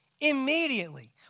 Immediately